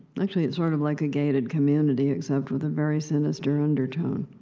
actually, it's sort of like a gated community, except with a very sinister undertone.